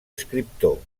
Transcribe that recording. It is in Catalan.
escriptor